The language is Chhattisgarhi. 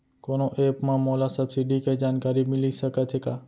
कोनो एप मा मोला सब्सिडी के जानकारी मिलिस सकत हे का?